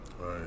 Right